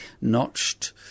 notched